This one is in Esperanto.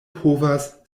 povas